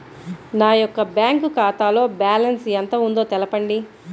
నా యొక్క బ్యాంక్ ఖాతాలో బ్యాలెన్స్ ఎంత ఉందో తెలపండి?